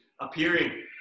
appearing